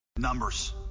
numbers